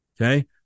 okay